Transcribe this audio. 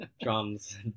drums